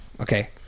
Okay